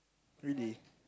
really